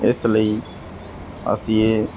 ਇਸ ਲਈ ਅਸੀਂ ਇਹ